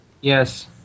Yes